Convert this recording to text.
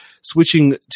Switching